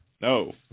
No